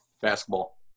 Basketball